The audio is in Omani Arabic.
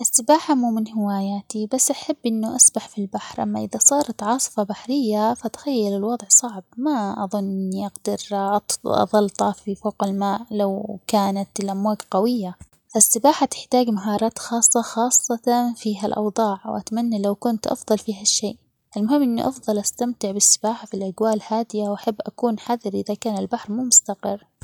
السباحة مو من هواياتي بس أحب إنو أسبح في البحر أما إذا صارت عاصفة بحرية فأتخيل الوضع صعب ما أظن إني أقدر أط أظل طافية فوق الماء لو كانت الأمواج قوية، فالسباحة تحتاج مهارات خاصة خاصةً في هالأوضاع وأتمنى لو كنت أفضل في هالشيء المهم إنو أفضل أستمتع بالسباحة في الأجواء الهادية وأحب أكون حذر إذا كان البحر مو مستقر.